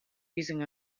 using